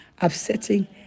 upsetting